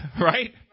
Right